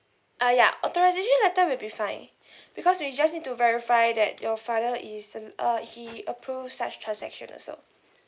uh ya authorisation letter will be fine because we just need to verify that your father is uh he approves such transaction also